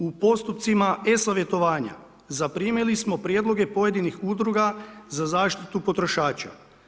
U postupcima e-savjetovanja zaprimili smo prijedloge pojedinih udruga za zaštitu potrošača.